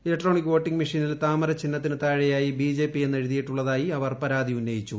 electronic voting മെഷീനിൽ താമര ചിഹ്നത്തിന് താഴെയായി ബിജെപി എന്ന് എഴുതിയിട്ടുള്ളതായി അവർ പരാതി ഉന്നയിച്ചു